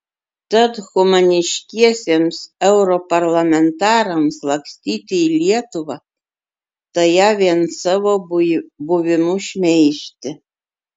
tad humaniškiesiems europarlamentarams lakstyti į lietuvą tai ją vien savo buvimu šmeižti